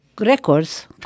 records